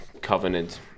covenant